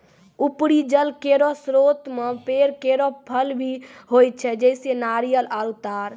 उपरी जल केरो स्रोत म पेड़ केरो फल भी होय छै, जैसें नारियल आरु तार